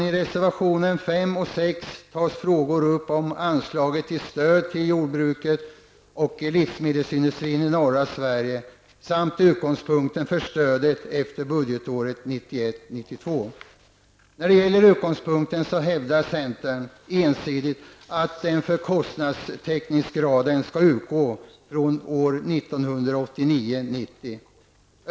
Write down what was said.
I reservationerna 5 och 6 tas frågor upp om anslaget till stöd till jordbruket och livsmedelsindustrin i norra Sverige samt utgångspunkten för stödet efter budgetåret När det gäller utgångspunkten för kostnadstäckningsgraden hävdar centern ensidigt att den skall utgå från 1989/90.